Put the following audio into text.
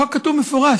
בחוק כתוב במפורש,